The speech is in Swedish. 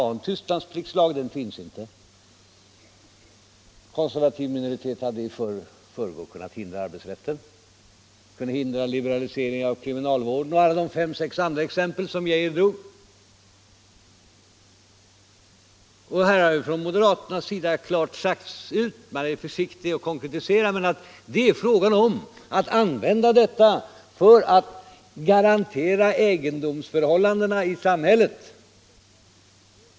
En konservativ minoritet hade i förrgår kunnat hindra arbetsrätten, den kunde ha hindrat liberaliseringen av kriminalvården och alla de fem sex andra reformer som Lennart Geijer tog som exempel. Och här har man från moderaternas sida klart sagt ut — man är försiktig när det gäller att konkretisera — att det är fråga om att använda detta för att garantera egendomsförhållandena i samhället.